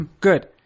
good